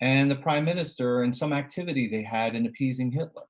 and the prime minister and some activity they had an appeasing hitler.